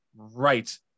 right